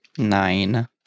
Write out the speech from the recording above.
Nine